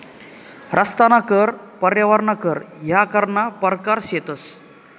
रस्ताना कर, पर्यावरण कर ह्या करना परकार शेतंस